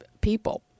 people